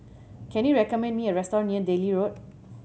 can you recommend me a restaurant near Delhi Road